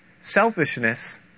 Selfishness